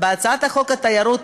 בחוק שירותי תיירות,